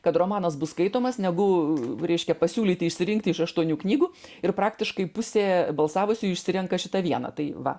kad romanas bus skaitomas negu reiškia pasiūlyti išsirinkti iš aštuonių knygų ir praktiškai pusė balsavusiųjų išsirenka šitą vieną tai va